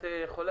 מי נגד?